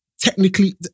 technically